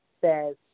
says